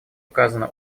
указано